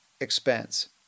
expense